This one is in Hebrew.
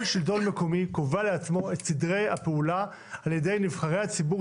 כל שלטון מקומי קובע לעצמו את סדרי הפעולה על ידי נבחרי הציבור,